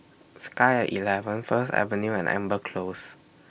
Sky At eleven First Avenue and Amber Close